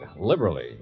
liberally